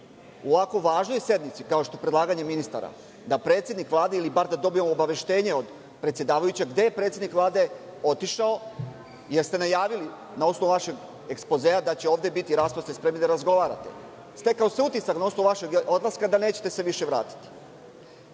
na ovako važnoj sednici kao što je predlaganje ministara da predsednik Vlade ili da bar dobijemo obaveštenje od predsedavajućeg gde je predsednik Vlade otišao, jer ste najavili na osnovu vašeg ekspozea da će ovde biti i da ste spremni da razgovarate. Stekao se utisak na osnovu vašeg odlaska da se nećete više vratiti.